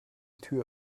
tür